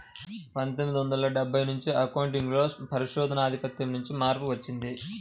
పందొమ్మిది వందల డెబ్బై నుంచి అకౌంటింగ్ లో పరిశోధనల ఆధిపత్యం నుండి మార్పు వచ్చింది